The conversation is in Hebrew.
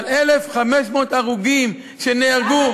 אבל 1,500 הרוגים שנהרגו,